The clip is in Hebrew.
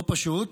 לא פשוט.